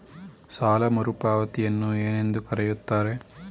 ಸಾಲ ಮರುಪಾವತಿಯನ್ನು ಏನೆಂದು ಕರೆಯುತ್ತಾರೆ?